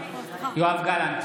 (קורא בשמות